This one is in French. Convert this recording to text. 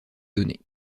données